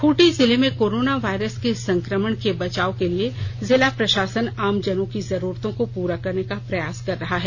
खूंटी जिले में corona virus के संक्रमण से बचाव के लिए जिला प्रशासन आम जनों की जरूरतों को पूरा करने का प्रयास कर रहा है